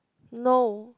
no